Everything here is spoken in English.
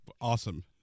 Awesome